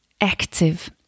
active